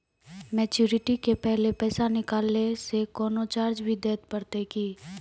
Maturity के पहले पैसा निकालै से कोनो चार्ज भी देत परतै की?